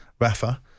Rafa